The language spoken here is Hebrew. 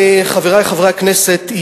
חברי חברי הכנסת,